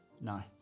no